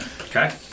Okay